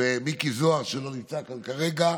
ומיקי זוהר, שלא נמצא כאן כרגע,